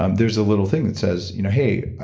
um there's a little thing that says, you know hey,